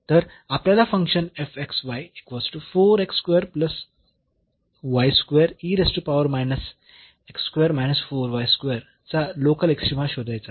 तर आपल्याला फंक्शन चा लोकल एक्स्ट्रीमा शोधायचा आहे